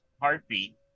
heartbeat